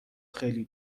خیلی